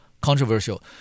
Controversial